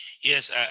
yes